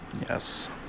yes